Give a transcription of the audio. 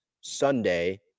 Sunday